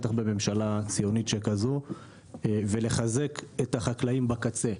בטח בממשלה ציונית שכזו ולחזק את החקלאים שבקצה.